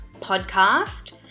podcast